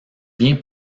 bien